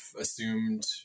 assumed